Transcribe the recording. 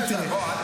בוא,